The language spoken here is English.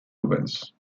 rubens